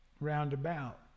Roundabout